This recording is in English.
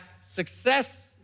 success